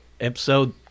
episode